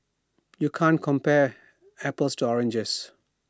you can't compare apples to oranges